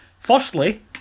firstly